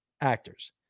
actors